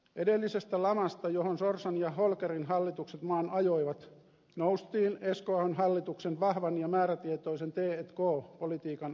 edellisestä lamasta johon sorsan ja holkerin hallitukset maan ajoivat noustiin esko ahon hallituksen vahvan ja määrätietoisen t k politiikan ansiosta